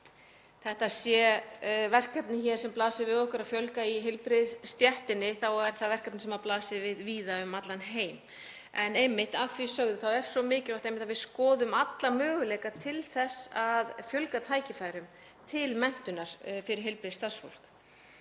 þetta sé verkefni sem blasir við okkur, að fjölga í heilbrigðisstéttinni, þá er það líka verkefni sem blasir við víða um allan heim. Að því sögðu þá er svo mikilvægt að við skoðum alla möguleika til þess að fjölga tækifærum til menntunar fyrir heilbrigðisstarfsfólk.